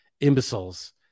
imbeciles